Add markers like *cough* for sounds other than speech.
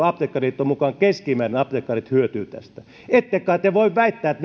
*unintelligible* apteekkariliiton mukaan apteekkarit hyötyvät tästä keskimäärin viisituhattaseitsemänsataa euroa ette kai te voi väittää *unintelligible*